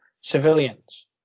civilians